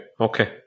okay